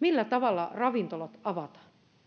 millä tavalla ravintolat avataan